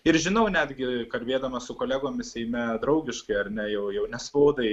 ir žinau netgi kalbėdamas su kolegomis seime draugiškai ar ne jau jau ne spaudai